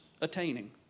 attaining